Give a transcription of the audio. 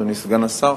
אדוני סגן השר,